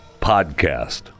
podcast